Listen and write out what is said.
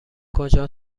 کجا